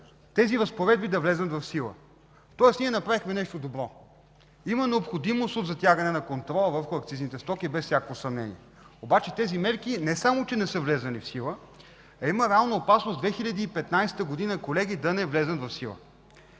тези разпоредби да влязат в сила. Тоест, ние направихме нещо добро. Има необходимост от затягане на контрола върху акцизните стоки, без всяко съмнение, обаче тези мерки не само, че не са влезли в сила, а има реална опасност и в 2015 г. да не влязат в сила,